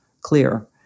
clear